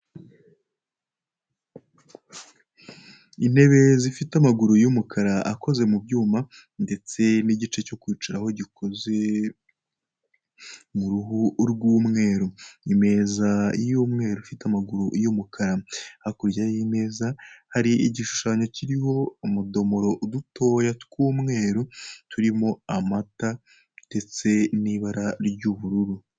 Intebe zifite amaguru y'umukara akoze mu byuma ndetse n'igice cyo kwicaraho gikoze mu ruhu rw'umweru, imeza y'umweru ifite amaguru y'umukara, hakurya y'imeza hari igishushanyo kiriho umadomoro dutoya tw'umweru turimo amata ndetse n'ibara ry'ubururu.